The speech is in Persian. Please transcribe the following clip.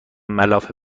ملافه